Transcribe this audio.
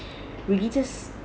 really just